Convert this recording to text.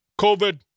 COVID